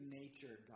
nature